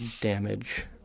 damage